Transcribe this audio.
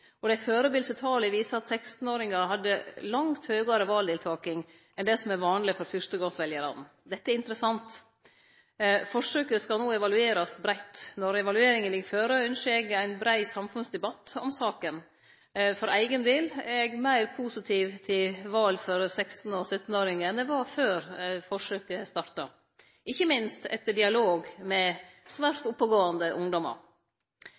og dei førebelse tala viser at 16-åringane hadde langt høgare valdeltaking enn det som er vanleg for fyrstegongsveljarane. Dette er interessant. Forsøket skal no evaluerast breitt. Når evalueringa ligg føre, ynskjer eg ein brei samfunnsdebatt om saka. For eigen del er eg meir positiv til valdeltaking for 16- og 17-åringane enn eg var før forsøket starta, ikkje minst etter dialog med svært oppegåande ungdomar.